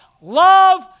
Love